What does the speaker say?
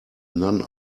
none